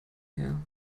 her